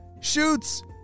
shoots